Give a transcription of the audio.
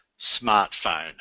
smartphone